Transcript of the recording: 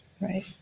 Right